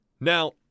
Now